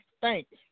Thanks